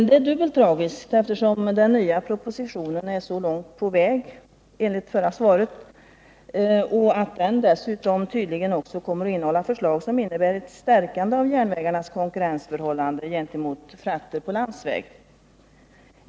Det är dubbelt tragiskt eftersom den nya propositionen är så långt på väg — enligt förra svaret — och dessutom tydligen också kommer att innehålla förslag som innebär ett stärkande av järnvägarnas konkurrensförmåga gentemot frakter på landsväg.